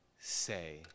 say